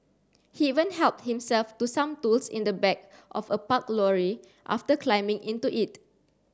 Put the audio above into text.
he even helped himself to some tools in the back of a parked lorry after climbing into it